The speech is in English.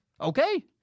Okay